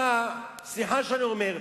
סליחה שאני אומר,